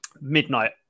midnight